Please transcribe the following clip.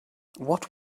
what